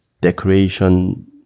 decoration